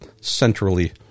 centrally